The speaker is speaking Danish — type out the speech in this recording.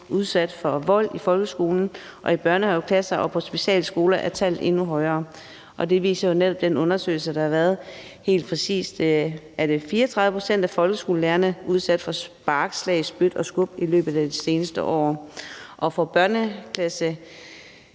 udsat for vold, og i børnehaveklasser og på specialskoler er tallet endnu højere. Det viser jo netop den undersøgelse, der har været. Helt præcist har 34 pct. af folkeskolelærerne været udsat for spark, slag, skub og at blive spyttet på i løbet af det seneste år. For børnehaveklasseledere